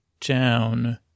town